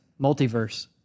Multiverse